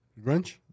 Grinch